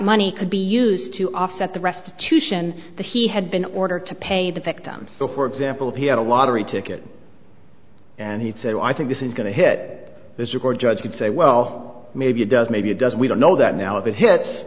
money could be used to offset the restitution that he had been ordered to pay the victims so for example he had a lottery ticket and he said i think this is going to hit this record judge could say well maybe it does maybe it does we don't know that now if it hits